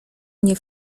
nie